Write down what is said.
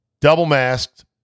Double-masked